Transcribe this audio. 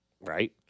Right